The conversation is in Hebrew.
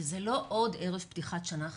וזו לא עוד ערב פתיחת שנה חדשה,